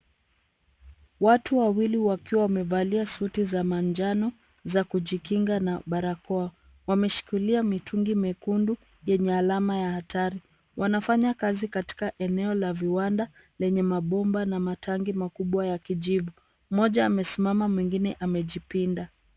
Watu wawili wakiwa wamevalia suti za manjano za kujikinga na barakoa. Wameshikilia mitungi mekundu yenye alama ya hatari. Wanafanya kazi katika eneo la viwanda lenye mabomba na matangi makubwa ya kijivu. Mmoja amesimama mwingine amejipinda